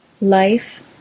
life